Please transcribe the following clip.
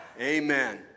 amen